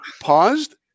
paused